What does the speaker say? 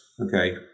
Okay